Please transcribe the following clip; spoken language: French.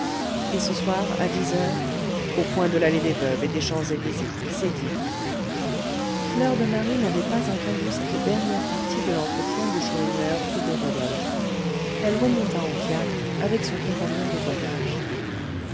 et ce soir à dix heures au coin de l'allée des veuves et des champs-élysées c'est dit fleur de marie n'avait pas entendu cette dernière partie de l'entretien du chourineur et de rodolphe elle remonta en fiacre avec son compagnon de voyage